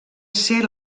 ser